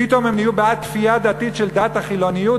פתאום הם נהיו בעד כפייה דתית של דת החילוניות,